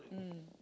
mm